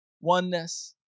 oneness